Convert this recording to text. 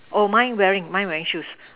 oh mine wearing mine wearing shoes